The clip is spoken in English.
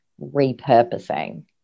repurposing